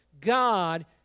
God